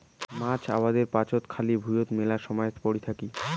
মাছ আবাদের পাচত খালি ভুঁইয়ত মেলা সমায় পরি থাকি